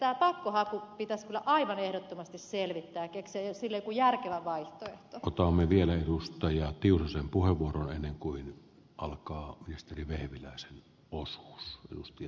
elikkä tämä pakkohaku pitäisi kyllä aivan ehdottomasti selvittää ja keksiä sille joku järkevä vaihtoehto putoamme vielä edustajaa kiurusen puheenvuoron ennen kuin alkaa ministeri vehviläisen ossaus ja